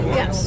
Yes